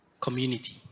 community